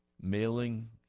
mailing